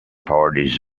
parties